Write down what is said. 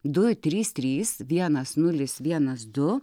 du trys trys vienas nulis vienas du